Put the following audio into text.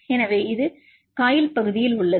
எனவே இங்கே இது காயில் பகுதியில் உள்ளது